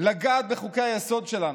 לגעת בחוקי-היסוד שלנו,